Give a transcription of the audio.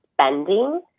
spending